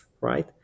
right